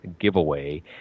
giveaway